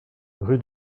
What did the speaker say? rue